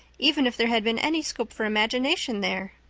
even if there had been any scope for imagination there.